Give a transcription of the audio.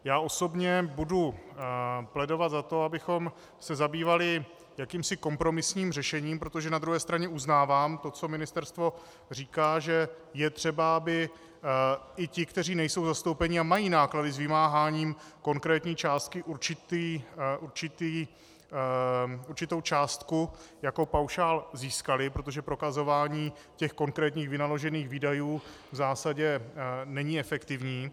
Já osobně budu plédovat za to, abychom se zabývali jakýmsi kompromisním řešením, protože na druhé straně uznávám to, co ministerstvo říká, že je třeba, aby i ti, kteří nejsou zastoupeni a mají náklady s vymáháním konkrétní částky, určitou částku jako paušál získali, protože prokazování těch konkrétních vynaložených výdajů v zásadě není efektivní.